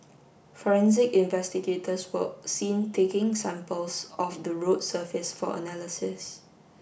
forensic investigators were seen taking samples of the road surface for analysis